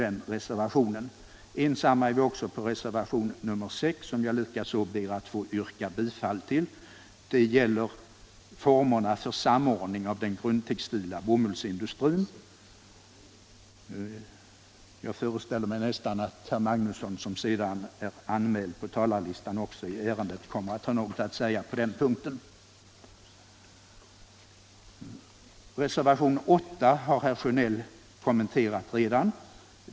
Ensamma är vi också på reservationen 6, som jag likaså ber att få yrka bifall till. Den gäller formerna för samordning av den grundtextila bomullsindustrin. Jag föreställer mig att herr Magnusson i Borås, som är anmäld på talarlistan, kommer att säga något på den punkten. Reservationen 8 har herr Sjönell redan kommenterat.